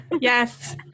Yes